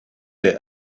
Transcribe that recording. their